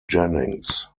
jennings